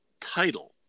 title